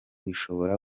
bishobora